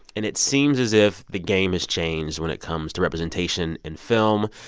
and it seems as if the game is changed when it comes to representation in film.